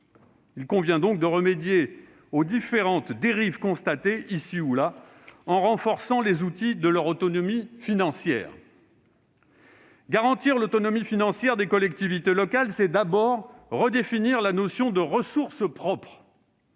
Il convient donc de remédier aux différentes dérives constatées ici ou là, en renforçant les outils de leur autonomie financière. Garantir l'autonomie financière des collectivités locales, c'est d'abord redéfinir la notion de ressources propres